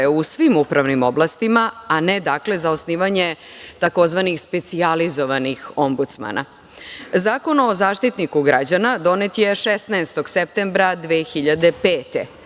u svim upravnim oblastima, a ne dakle za osnivanje tzv. specijalizovanih ombudsmana. Zakon o Zaštitniku građana donet je 16. septembra 2005.